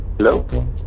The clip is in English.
Hello